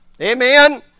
Amen